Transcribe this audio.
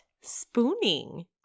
spooning